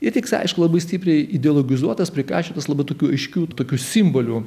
ir tik jis aišku labai stipriai ideologizuotas prikaišiotas labai tokių aiškių tokių simbolių